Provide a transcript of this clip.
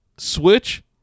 Switch